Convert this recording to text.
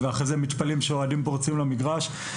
ואחרי זה מתפלאים שאוהדים פורצים למגרש.